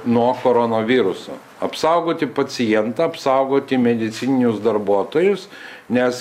nuo koronaviruso apsaugoti pacientą apsaugoti medicininius darbuotojus nes